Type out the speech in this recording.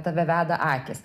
tave veda akys